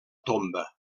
tomba